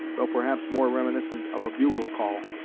though perhaps more reminiscent of a bugle-call.